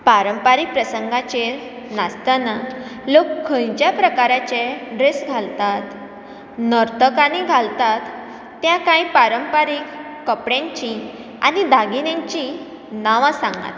पारंपारीक प्रसंगाचेर नाचतना लोक खंयच्या प्रकाराचे ड्रेस घालतात नर्तकांनी घालतात त्या कांय पारंपारीक कपड्यांची आनी दागिन्यांची नावां सांगात